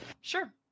Sure